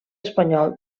espanyol